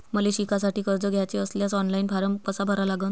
मले शिकासाठी कर्ज घ्याचे असल्यास ऑनलाईन फारम कसा भरा लागन?